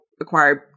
acquired